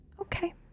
Okay